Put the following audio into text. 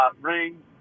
ring